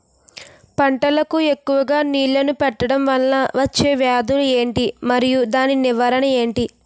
పంటలకు ఎక్కువుగా నీళ్లను పెట్టడం వలన వచ్చే వ్యాధులు ఏంటి? మరియు దాని నివారణ ఏంటి?